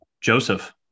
Joseph